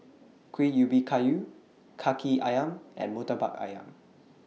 Kuih Ubi Kayu Kaki Ayam and Murtabak Ayam